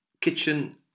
Kitchen